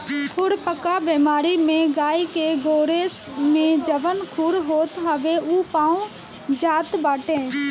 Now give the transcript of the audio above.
खुरपका बेमारी में गाई के गोड़े में जवन खुर होत हवे उ पाक जात बाटे